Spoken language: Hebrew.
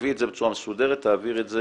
תכתבי את זה בצורה מסודרת, תעבירי את זה